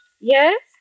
Yes